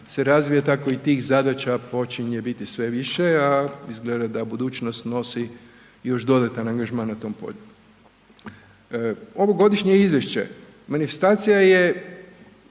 se razvija, tako i tih zadaća počinje biti sve više a izgleda da budućnost nosi još dodatan angažman na tom polju. Ovo godišnje izvješće manifestacija je